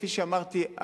כפי שאמרתי,